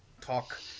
talk